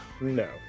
No